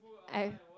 I